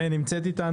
משרד התחבורה,